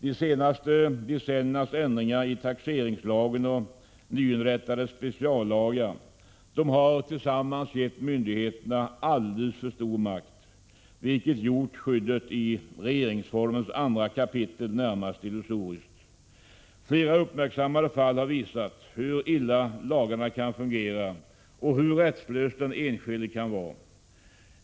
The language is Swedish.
De senaste decenniernas ändringar itaxeringslagen och nyinrättade speciallagar har tillsammans givit myndigheterna alldeles för stor makt, vilket gjort skyddet i regeringsformens andra kapitel närmast illusoriskt. Flera uppmärksammade fall har visat hur illa lagarna kan fungera och hur rättslös den enskilde kan vara.